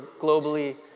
globally